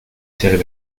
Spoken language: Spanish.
ser